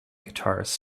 guitarist